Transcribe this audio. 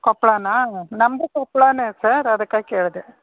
ಕೊಪ್ಪಳಾನಾ ನಮ್ಮದು ಕೊಪ್ಪಳನೇ ಸರ್ ಅದಕ್ಕೆ ಕೇಳಿದೆ